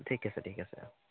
ঠিক আছে ঠিক আছে অঁ